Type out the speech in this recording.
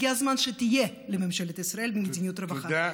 הגיע הזמן שתהיה לממשלת ישראל מדיניות רווחה.